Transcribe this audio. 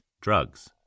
drugs